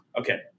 Okay